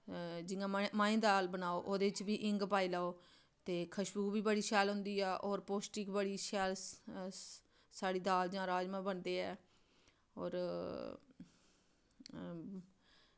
जि'यां मांहें दी दाल बनाई लैओ ओह्दे च बी हींग पाई लैओ होर खुशबू बड़ी शैल होंदी ऐ पौष्टिक बड़ी शैल साढ़ी दाल जां राजमांह् बनदे ऐ होर